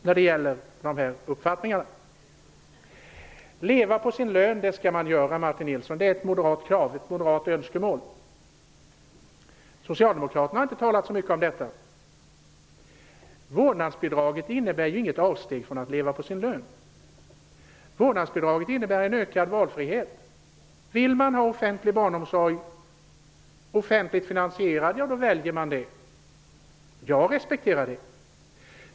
Man skall kunna leva på sin lön. Det är ett moderat önskemål. Socialdemokraterna har inte talat så mycket om detta. Vårdnadsbidraget innebär inget avsteg från att kunna leva på sin lön. Det innebär en ökad valfrihet. Om man vill ha offentligt finansierad barnomsorg, väljer man det. Jag respekterar det.